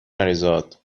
مریزاد